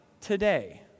today